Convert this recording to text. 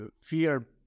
fear